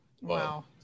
wow